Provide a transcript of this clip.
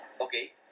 okay